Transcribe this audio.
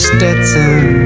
Stetson